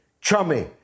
chummy